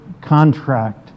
contract